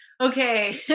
okay